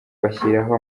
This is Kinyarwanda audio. bashyiraho